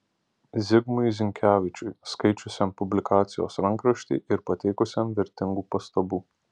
zigmui zinkevičiui skaičiusiam publikacijos rankraštį ir pateikusiam vertingų pastabų